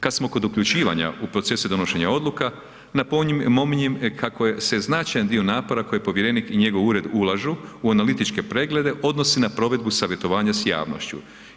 Kad smo kod uključivanja u procese donošenje odluka, napominjem kako se značajan dio napora koje povjerenik i njegov ured ulaži u analitičke preglede odnose na provedbu savjetovanja s javnošću.